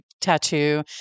Tattoo